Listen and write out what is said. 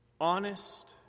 honest